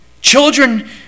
Children